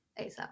asap